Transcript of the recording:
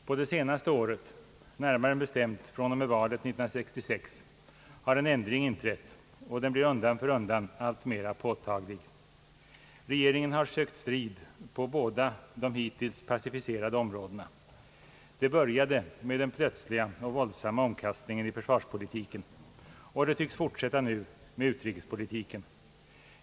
På det senaste året, närmare bestämt från och med valet 1966, har en ändring inträtt, och den blir undan för undan alltmera påtaglig. Regeringen har sökt strid på båda de hittills pacificerade områdena. Det började med den plötsliga och våldsamma omkastningen i försvarspolitiken, och det tycks fortsätta nu med utrikespolitiken.